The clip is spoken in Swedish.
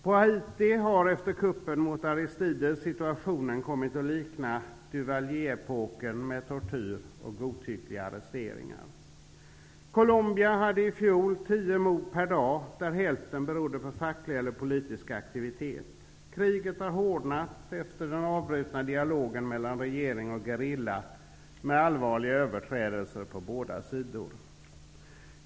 På Haiti har efter kuppen mot Aristides situationen kommit att likna Duvalier-epoken, med tortyr och godtyckliga arresteringar. Colombia hade i fjol tio mord per dag, där hälften berodde på facklig eller politisk aktivitet. Kriget har hårdnat efter den avbrutna dialogen mellan regering och gerilla, med allvarliga överträdelser på båda sidor.